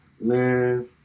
Man